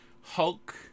hulk